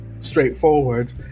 straightforward